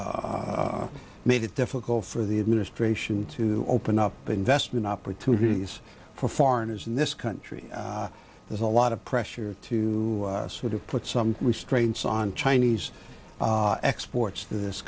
also made it difficult for the administration to open up investment opportunities for foreigners in this country there's a lot of pressure to sort of put some restraints on chinese exports in this